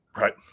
Right